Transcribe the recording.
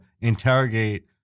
interrogate